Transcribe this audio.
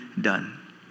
done